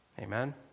Amen